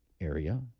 area